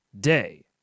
day